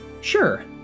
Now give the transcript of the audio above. sure